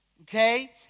Okay